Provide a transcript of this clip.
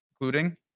including